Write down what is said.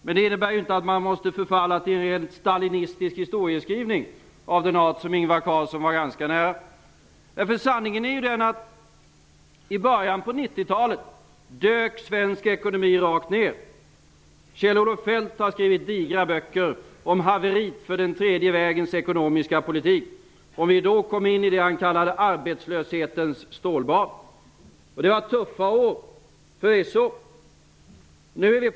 Men det innebär inte att man måste förfalla till rent stalinistisk historieskrivning av den art som Ingvar Carlsson var ganska nära. Sanningen är ju den att i början av 90-talet dök svensk ekonomi rakt ner. Kjell-Olof Feldt har skrivit digra böcker om haveriet för den tredje vägens ekonomiska politik. Det var då som vi kom in i det som han kallade för arbetslöshetens stålbad. Det var förvisso tuffa år.